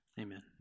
Amen